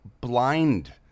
blind